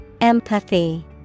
Empathy